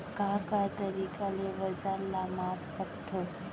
का का तरीक़ा ले वजन ला माप सकथो?